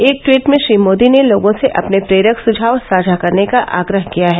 एक ट्वीट में श्री मोदी ने लोगों से अपने प्रेरक सुझाव साझा करने का आग्रह किया है